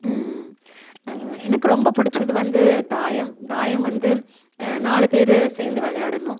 எனக்கு ரொம்ப பிடிச்சது வந்து தாயம் தாயம் வந்து நாலு பேர் சேர்ந்து விளையாடணும்